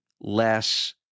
less